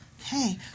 Okay